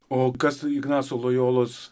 o kas ignaco lojolos